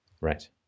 Right